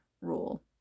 rule